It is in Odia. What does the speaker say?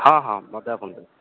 ହଁ ହଁ ମୋତେ ଆପଣ